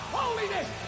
holiness